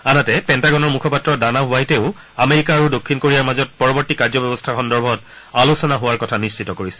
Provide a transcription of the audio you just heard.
আনহাতে পেণ্টাগণৰ মুখপাত্ৰ ডানা হোৱাইটেও আমেৰিকা আৰু দক্ষিণ কোৰিয়াৰ মাজত পৰৱৰ্তী কাৰ্য ব্যৱস্থা সন্দৰ্ভত আলোচনা হোৱাৰ কথা নিশ্চিত কৰিছে